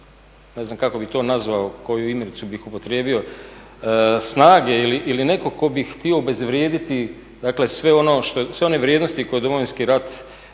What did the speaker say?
ne znam kako bi to nazvao, koju imenicu bih upotrijebio, snage ili neko ko bi htio obezvrijediti dakle sve one vrijednosti koje je Domovinski rat iznio,